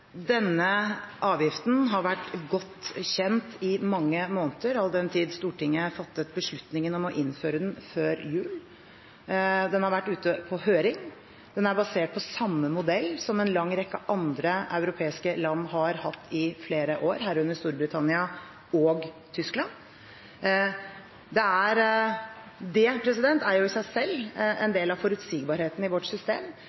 Denne avgiften har vært godt kjent i mange måneder, all den tid Stortinget fattet beslutningen om å innføre den før jul. Den har vært ute på høring. Den er basert på samme modell som en lang rekke andre europeiske land har hatt i flere år, herunder Storbritannia og Tyskland. Det er jo i seg selv en del av forutsigbarheten i vårt system.